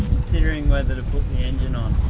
considering whether to put the engine on.